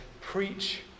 preach